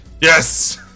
Yes